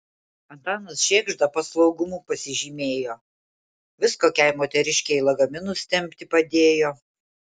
antanas šėgžda paslaugumu pasižymėjo vis kokiai moteriškei lagaminus tempti padėjo